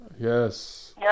Yes